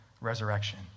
resurrection